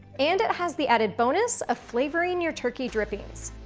and it has the added bonus of flavoring your turkey drippings.